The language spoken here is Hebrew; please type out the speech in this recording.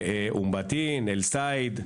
אום בטין, אל סייד,